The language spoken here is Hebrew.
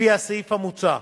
לפי הסעיף המוצע,